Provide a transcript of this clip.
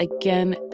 again